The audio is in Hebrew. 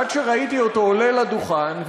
עד שראיתי אותו עולה לדוכן,